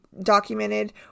documented